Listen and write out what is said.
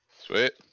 Sweet